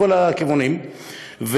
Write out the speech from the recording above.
מכל הכיוונים,